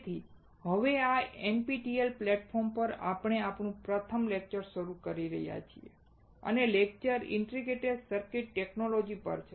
તેથી હવે આ NPTEL પ્લેટફોર્મ પર આપણે આપણું પ્રથમ લેક્ચર શરૂ કરી રહ્યા છીએ અને લેક્ચર ઇન્ટિગ્રેટેડ સર્કિટ્ ટેકનોલોજી પર છે